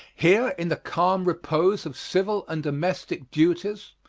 here in the calm repose of civil and domestic duties,